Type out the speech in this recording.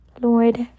lord